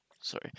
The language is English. sorry